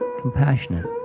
compassionate